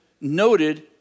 noted